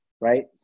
right